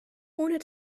ohne